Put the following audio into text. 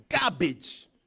Garbage